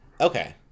Okay